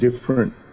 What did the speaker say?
different